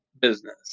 business